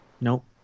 Nope